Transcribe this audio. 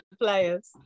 players